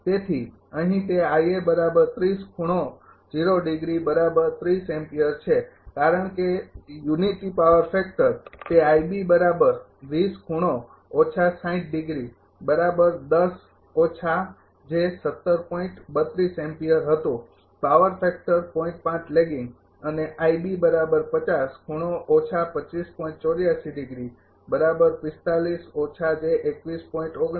તેથી અહીં તે છે કારણ કે યુનિટી પાવર ફેકટર તે હતું પાવર ફેક્ટર લેગિંગ અને